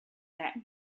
that